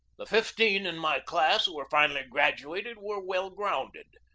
the fifteen in my class who were finally gradu ated were well grounded.